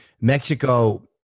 Mexico